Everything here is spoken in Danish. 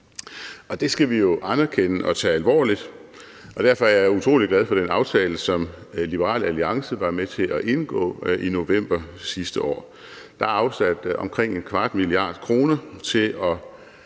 Det skal vi jo anerkende og tage alvorligt, og derfor er jeg utrolig glad for den aftale, som Liberal Alliance var med til at indgå i november sidste år. Der er afsat omkring 0,25 mia. kr. til at